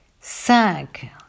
Cinq